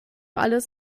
alles